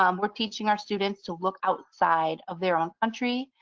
um we're teaching our students to look outside of their own country.